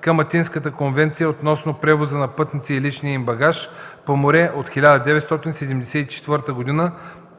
към Атинската конвенция относно превоза на пътници и личния им багаж по море от 1974 г.,